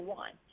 one